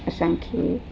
असांखे